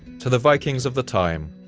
to the vikings of the time,